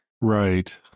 Right